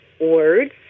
words